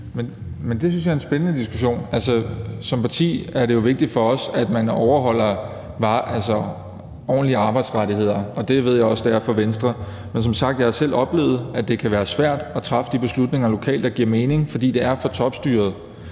Det synes jeg er en spændende diskussion. Som parti er det jo vigtigt for os, at man overholder ordentlige arbejdsrettigheder, og det ved jeg også det er for Venstre, men som sagt har jeg selv oplevet, at det kan være svært at træffe de beslutninger lokalt, der giver mening, fordi det er for topstyret,